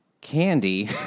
candy